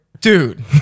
dude